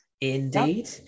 indeed